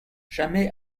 jamais